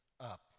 up